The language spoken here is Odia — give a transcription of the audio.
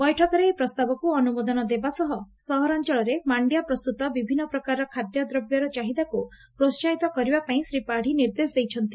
ବୈଠକରେ ଏହି ପ୍ରସ୍ତାବକୁ ଅନୁମୋଦନ ଦେବା ସହ ସହରାଞ୍ଚଳରେ ମାଣ୍ଡିଆ ପ୍ରସ୍ତୁତ ବିଭିନ୍ନ ପ୍ରକାର ଖାଦ୍ୟ ଦ୍ରବର ଚାହିଦାକୁ ପ୍ରୋସାହିତ କରିବା ପାଇଁ ଶ୍ରୀ ପାତ୍ବୀ ନିର୍ଦ୍ଦେଶ ଦେଇଛନ୍ତି